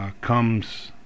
comes